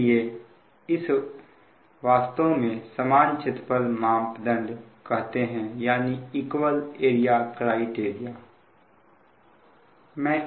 इसलिए इसे वास्तव में समान क्षेत्रफल मापदंड कहते हैं